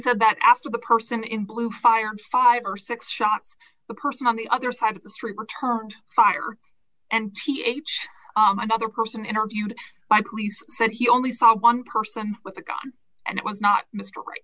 said that after the person in blue fired five or six shots the person on the other side of the street returned fire and th other person interviewed by police said he only saw one person with a gun and it was not mr right